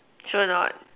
sure or not